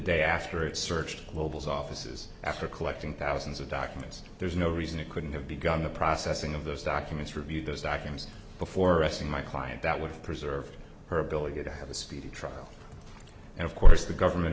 day after it searched mobile's offices after collecting thousands of documents there's no reason it couldn't have begun the processing of those documents reviewed those documents before resting my client that would have preserved her ability to have a speedy trial and of course the government